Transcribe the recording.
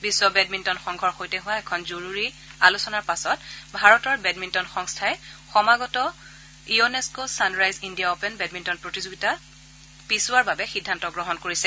বিশ্ব badminton সংঘৰ সৈতে হোৱা এখন জৰুৰী হোৱা আলোচনাৰ পাছত ভাৰতৰ বেডমিণ্টন সংস্থাই সমাগত ইয়নেস্ক চানৰাইজ ইণ্ডিয়া অপেন বেডমিণ্টন প্ৰতিযোগিতা পিছুওৱাৰ বাবেও সিদ্ধান্ত গ্ৰহণ কৰিছে